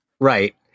Right